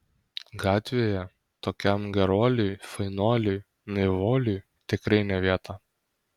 gatvėje tokiam geruoliui fainuoliui naivuoliui tikrai ne vieta